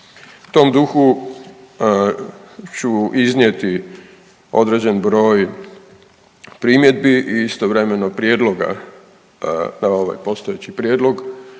tom duhu ću iznijeti određen broj primjedbi i istovremeno prijedloga na ovaj postojeći prijedlog,